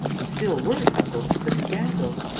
and, still worse, uncle, the scandal.